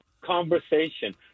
conversation